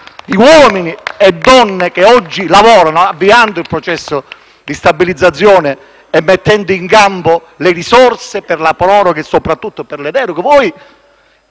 uomini e donne che oggi lavorano, avviando il processo di stabilizzazione e mettendo in campo le risorse per la proroga e soprattutto per le deroghe.